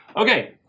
Okay